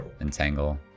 Entangle